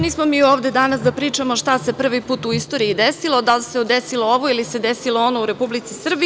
Nismo mi ovde danas da pričamo šta se prvi put u istoriji desilo, da li se desilo ovo ili se desilo ono u Republici Srbiji.